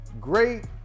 great